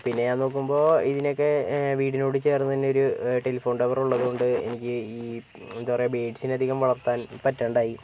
പിന്നെ ഞാൻ നോക്കുമ്പോൾ ഇതിനൊക്കെ വീടിനോട് ചേർന്ന് തന്നെ ഒരു ടെലിഫോൺ ടവറ് ഉള്ളത് കൊണ്ട് എനിക്ക് എന്താ പറയുക ബേഡ്സിനെ അധികം വളർത്താൻ പറ്റാതെ ആയി